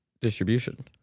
distribution